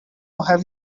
have